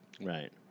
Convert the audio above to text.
Right